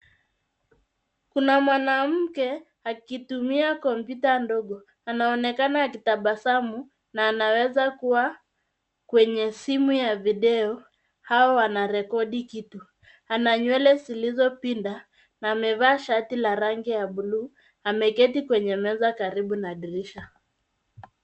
Kuna mwanamke, akitumia kompyuta ndogo, anaonekana akitabasamu, na anaweza kuwa kwenye simu ya videyo, au anarekodi kitu. Ana nywele zilizopinda, na ameveaa shati la rangi ya blue , ameketi kwenye meza karibu na dirisha.